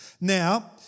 Now